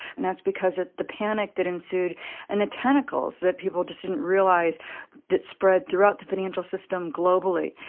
and that's because ah the panic that ensued and the tentacles that people just didn't realize that spread throughout the financial system globally.